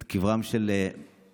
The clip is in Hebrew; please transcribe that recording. את קבריהם של משפחתי,